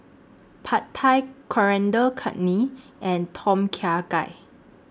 Pad Thai Coriander Chutney and Tom Kha Gai